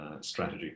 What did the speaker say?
strategy